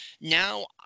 now